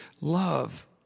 love